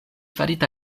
farita